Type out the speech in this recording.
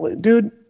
dude